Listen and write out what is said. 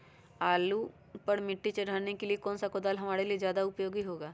आलू पर मिट्टी चढ़ाने के लिए कौन सा कुदाल हमारे लिए ज्यादा उपयोगी होगा?